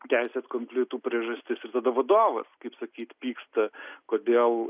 teisės konfliktų priežastis ir tada vadovas kaip sakyt pyksta kodėl